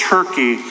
Turkey